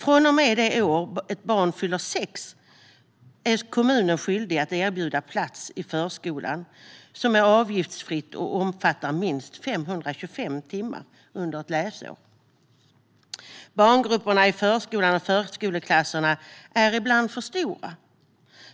Från och med det år ett barn fyller sex är kommunen skyldig att en erbjuda plats i förskolan som är avgiftsfri och omfattar minst 525 timmar under ett läsår. Barngrupperna i förskolan och i förskoleklasserna är ibland för stora.